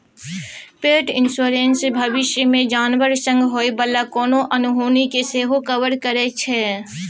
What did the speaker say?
पेट इन्स्योरेन्स भबिस मे जानबर संग होइ बला कोनो अनहोनी केँ सेहो कवर करै छै